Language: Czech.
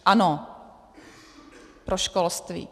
Ano, pro školství.